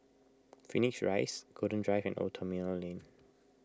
Phoenix Rise Golden Drive and Old Terminal Lane